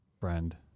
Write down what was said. friend